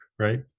Right